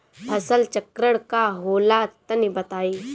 फसल चक्रण का होला तनि बताई?